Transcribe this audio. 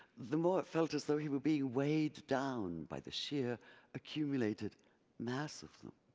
the more it felt as though he were being weighed down, by the sheer accumulated mass of them.